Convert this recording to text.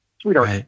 sweetheart